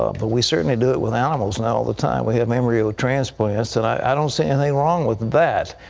ah but we certainly do it with animals now all the time. we have embryo transplants. and i don't see and anything wrong with that.